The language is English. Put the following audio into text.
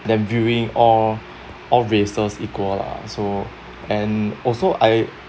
then viewing all all races equal lah so and also I